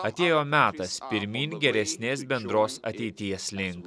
atėjo metas pirmyn geresnės bendros ateities link